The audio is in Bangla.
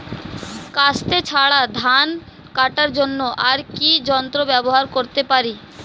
কাস্তে ছাড়া ধান কাটার জন্য আর কি যন্ত্র ব্যবহার করতে পারি?